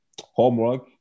homework